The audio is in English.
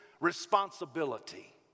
responsibility